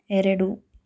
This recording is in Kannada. ಎರಡು